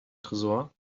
tresor